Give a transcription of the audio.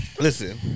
Listen